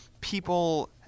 people